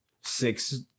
Six